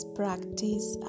practice